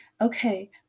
Okay